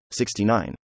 69